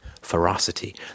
Ferocity